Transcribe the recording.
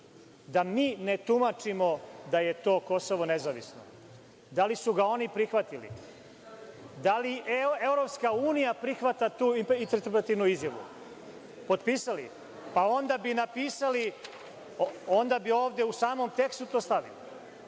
da mi ne tumačimo da je to Kosovo nezavisno. Da li su ga oni prihvatili? Da li EU prihvata tu interpretativnu izjavu?(Jadranka Joksimović, s mesta: Da.)Potpisali? Pa, onda bi napisali, onda bi ovde u samom tekstu to stavili